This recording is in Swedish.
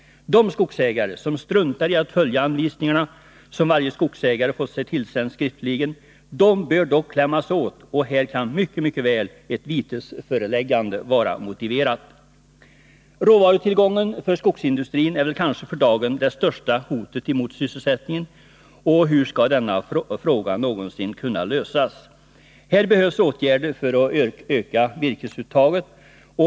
De skogsägare som struntar i att följa anvisningarna, som varje skogsägare fått sig tillsända skriftligen, bör dock klämmas åt, och här kan mycket väl ett vitesföreläggande vara motiverat. Råvarutillgången för skogsindustrin är väl kanske för dagen det största hotet mot sysselsättningen. Hur skall denna fråga någonsin kunna lösas? Här behövs åtgärder för att öka virkesuttaget.